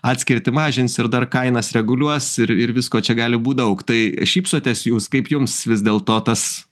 atskirtį mažins ir dar kainas reguliuos ir ir visko čia gali būt daug tai šypsotės jūs kaip jums vis dėlto tas